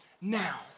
now